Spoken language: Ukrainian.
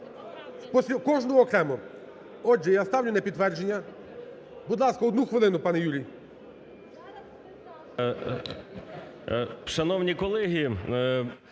Кожну окремо. Отже, я ставлю на підтвердження… Будь ласка, одну хвилину, пане Юрій. 11:38:36